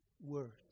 words